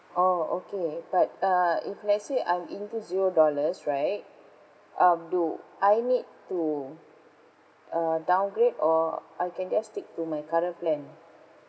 oh okay but uh if let's say I'm into zero dollars right um do I need to uh downgrade or I can just stick to my current plan